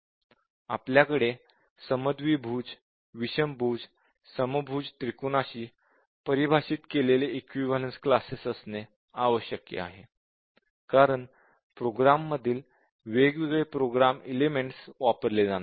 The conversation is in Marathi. आपल्याकडे समद्विबाहु विषमभुज समभुज त्रिकोणाशी परिभाषित केलेले इक्विवलेन्स क्लासेस असणे आवश्यक आहे कारण प्रोग्राम मधील वेगवेगळे प्रोग्राम एलेमेंट्स वापरले जाणार आहेत